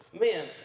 man